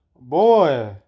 boy